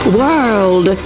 world